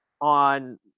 on